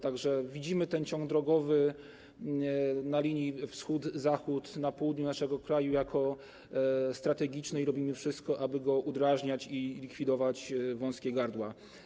Tak że widzimy ten ciąg drogowy na linii wschód - zachód na południu naszego kraju jako strategiczny i robimy wszystko, aby go udrażniać i likwidować wąskie gardła.